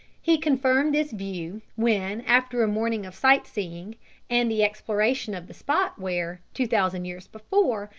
he confirmed this view when after a morning of sight-seeing and the exploration of the spot where, two thousand years before,